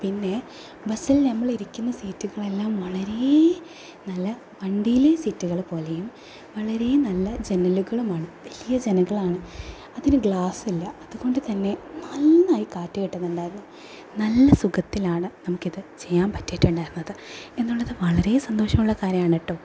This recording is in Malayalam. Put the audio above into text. പിന്നെ ബസ്സിൽ നമ്മളിരിക്കുന്ന സീറ്റുകളെല്ലാം വളരെ നല്ല വണ്ടിയിലെ സീറ്റുകൾ പോലെയും വളരെ നല്ല ജനലുകളുമാണ് വലിയ ജനലുകളാണ് അതിന് ഗ്ലാസ്സില്ല അതുകൊണ്ട് തന്നെ നന്നായി കാറ്റ് കിട്ടുന്നുണ്ടായിരുന്നു നല്ല സുഖത്തിലാണ് നമുക്കിത് ചെയ്യാൻ പറ്റിയിട്ടുണ്ടായിരുന്നത് എന്നുള്ളത് വളരെ സന്തോഷമുള്ള കാര്യമാണ് കേട്ടോ